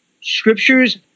Scripture's